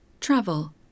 Travel